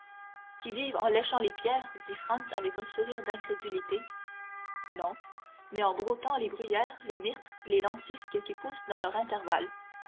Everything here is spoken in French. qui vivent en léchant les pierres dit franz avec un sourire d'incrédulité non mais en broutant les bruyères les myrtes les lentisques qui poussent dans leurs intervalles